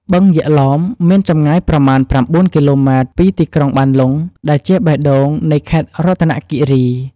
បឹងយក្សឡោម មានចម្ងាយប្រមាណ ប្រាំបួនគីឡូម៉ែតពីទីក្រុងបានលុង ដែលជាបេះដូងនៃខេត្តរតនគិរី។